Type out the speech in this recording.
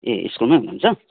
ए स्कुलमै हुनुहुन्छ